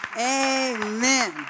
Amen